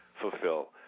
fulfill